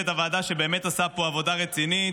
שבאמת עשה פה עבודה רצינית.